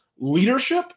Leadership